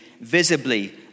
visibly